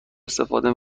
استفاده